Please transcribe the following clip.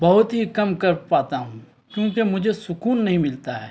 بہت ہی کم کر پاتا ہوں کیونکہ مجھے سکون نہیں ملتا ہے